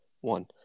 one